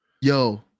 yo